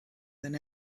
than